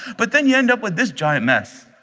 but then you end up with this giant mess,